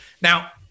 Now